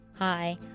Hi